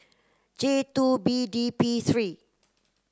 J two B D P three